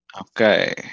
Okay